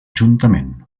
juntament